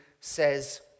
says